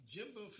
Jimbo